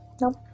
Nope